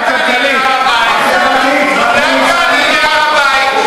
איזה אפס עשית משר הרווחה.